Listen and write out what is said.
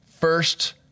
first